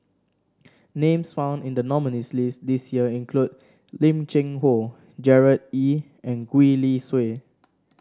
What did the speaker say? names found in the nominees' list this year include Lim Cheng Hoe Gerard Ee and Gwee Li Sui